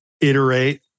iterate